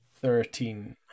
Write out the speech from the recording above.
Thirteen